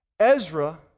Ezra